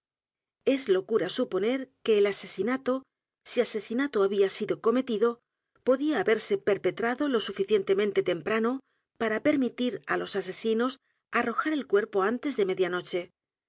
r a suponer que el asesinato si asesinato había sido cometido podía haberse perpetrado lo suficientemente temprano para permitir á los asesinos arrojar el cuerpo antes de